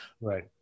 Right